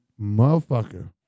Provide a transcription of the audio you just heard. Motherfucker